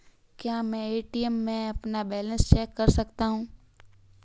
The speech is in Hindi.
क्या मैं ए.टी.एम में अपना बैलेंस चेक कर सकता हूँ?